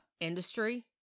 industry